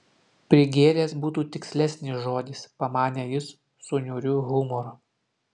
prigėręs būtų tikslesnis žodis pamanė jis su niūriu humoru